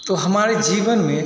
तो हमारे जीवन में